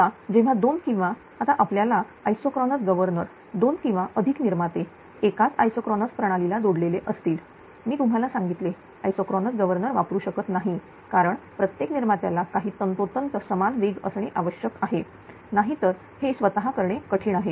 आता जेव्हा दोन किंवा आता आपल्याला आइसोक्रोनस गव्हर्नर दोन किंवा अधिक निर्माते एकाच आइसोक्रोनस प्रणालीला जोडलेले असतील मी तुम्हाला सांगितले आइसोक्रोनस गव्हर्नर वापरू शकत नाही कारण प्रत्येक निर्मात्याला काही तंतोतंत समान वेग असणे आवश्यक आहे नाहीतर हे स्वतः करणे कठीण आहे